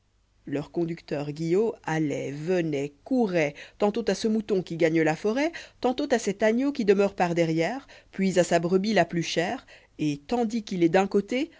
leur conducteur guillot alloit vènoit couroit tantôt à ce mouton qui gagne la forêt tantôt à cet agneau qui demeure derrière puis à sa brebis là plus chère et tandis qu'il est d'un côté